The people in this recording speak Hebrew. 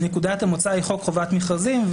היא חוק חובת מכרזים,